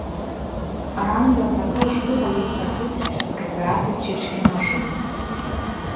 ramzio ataka užklupo juos per pusryčius kai piratai čirškino žuvį